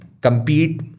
compete